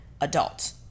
adult